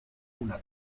una